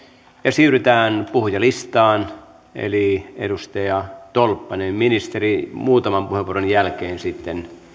siirrytään puhujalistaan edustaja tolppanen ministeri muutaman puheenvuoron jälkeen sitten